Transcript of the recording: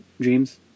Dreams